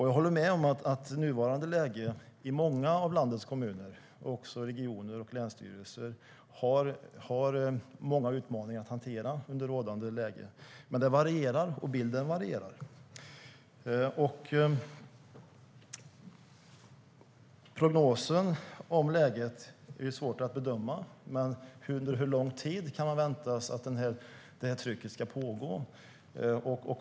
Jag håller med om att många av landets kommuner, regioner och länsstyrelser har många utmaningar att hantera i rådande läge. Men det varierar, och bilden varierar. Prognosen av läget är svår att bedöma. Under hur lång tid kan man vänta sig att trycket ska pågå?